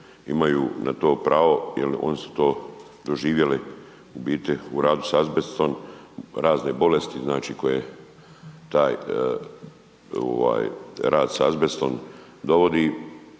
imaju na to pravo, jel oni su to doživjeli u biti u radu s azbestom razne bolesti, znači koje taj rad s azbestom dovodi.